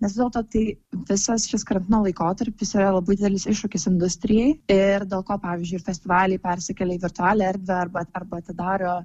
nes vis dėlto tai visas šis karantino laikotarpis yra labai didelis iššūkis industrijai ir dėl ko pavyzdžiui ir festivaliai persikelia į virtualią erdvę arba arba atidaro